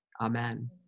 Amen